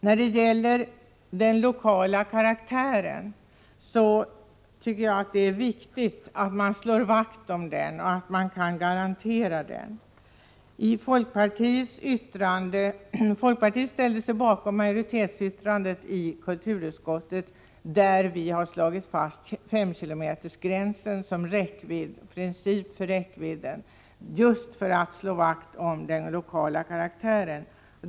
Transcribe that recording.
Jag tycker också det är viktigt att man slår vakt om och garanterar den lokala karaktären. Folkpartiet ställer sig bakom majoritetsyttrandet i kulturutskottet, där vi slagit fast en räckvidd på fem kilometer just för att slå vakt om den lokala karaktären.